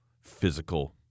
physical